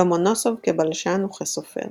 לומונוסוב כבלשן וכסופר